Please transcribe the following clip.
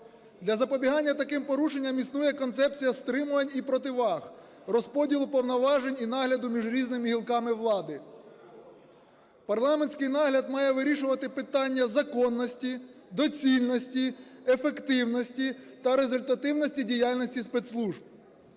Для запобігання таким порушенням існує концепція стримувань і противаг, розподілу повноважень і нагляду між різними гілками влади. Парламентський нагляд має вирішувати питання законності, доцільності, ефективності та результативності діяльності спецслужб.